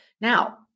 Now